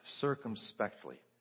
circumspectly